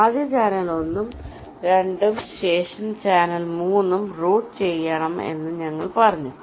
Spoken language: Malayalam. ആദ്യം ചാനൽ 1 ഉം 2 ഉം ശേഷം ചാനൽ 3 റൂട്ട് ചെയ്യണമെന്ന് ഞങ്ങൾ പറഞ്ഞു